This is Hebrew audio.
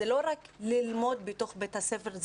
זה לא רק ללמוד בתוך בית הספר.